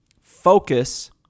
focus